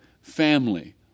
family